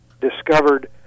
discovered